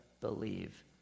believe